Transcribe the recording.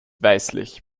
weißlich